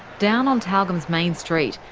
down on tyalgum's main street,